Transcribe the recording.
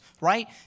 right